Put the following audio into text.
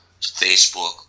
Facebook